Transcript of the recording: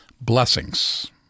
Blessings